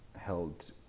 held